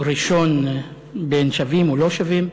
הראשון בין שווים או לא שווים,